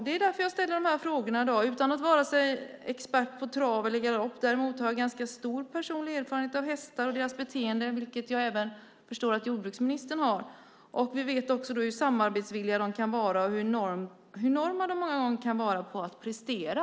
Det är därför som jag ställer de här frågorna, utan att vara expert på vare sig trav eller galopp. Däremot har jag ganska stor personlig erfarenhet av hästar och deras beteende, vilket jag förstår att även jordbruksministern har. Vi vet också hur samarbetsvilliga de kan vara och hur enorma deras prestationer många gånger kan vara.